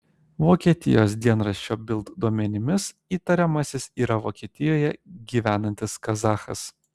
vokietijos dienraščio bild duomenimis įtariamasis yra vokietijoje gyvenantis kazachas